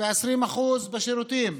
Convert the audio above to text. ו-20% בשירותים,